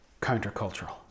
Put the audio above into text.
countercultural